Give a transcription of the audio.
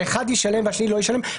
האחד ישלם והשני לא ישלם,